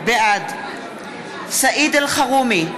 בעד סעיד אלחרומי,